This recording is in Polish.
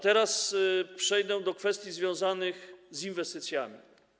Teraz przejdę do kwestii związanych z inwestycjami.